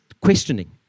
questioning